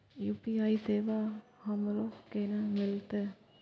UPI सेवा हमरो केना मिलते?